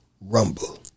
Rumble